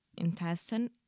intestine